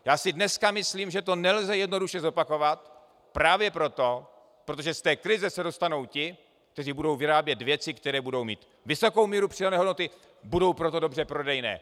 Já si dneska myslím, že to nelze jednoduše zopakovat právě proto, protože z té krize se dostanou ti, kteří budou vyrábět věci, které budou mít vysokou míru přidané hodnoty, budou proto dobře prodejné.